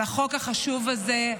על החוק החשוב הזה.